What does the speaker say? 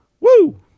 Woo